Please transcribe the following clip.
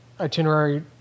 itinerary